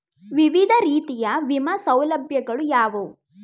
ವಿವಿಧ ರೀತಿಯ ವಿಮಾ ಸೌಲಭ್ಯಗಳು ಯಾವುವು?